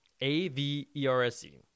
A-V-E-R-S-E